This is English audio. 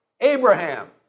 Abraham